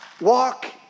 Walk